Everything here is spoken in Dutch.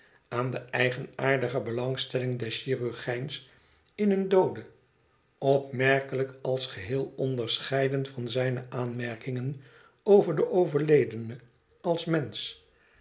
aan de eigenaardige belangstelling des chirurgijns in een doode opmerkelijk als geheel onderscheiden van zijne aanmerkingen over den overledene als mensch